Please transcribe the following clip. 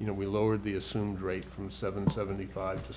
you know we lowered the assumed rate from seven seventy five to